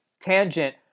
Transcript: tangent